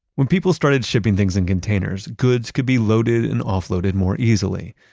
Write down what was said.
when people started shipping things in containers, goods could be loaded and offloaded more easily.